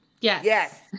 Yes